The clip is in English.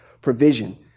provision